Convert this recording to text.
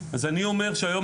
ואני אומר שהיום,